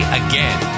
again